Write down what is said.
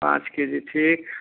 पाँच जी ठीक